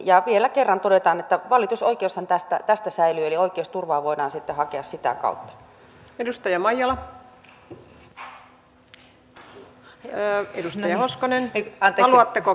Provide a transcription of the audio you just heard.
ja vielä kerran todetaan että valitusoikeushan tästä säilyy eli oikeusturvaa voidaan sitten hakea sitä kautta